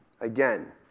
again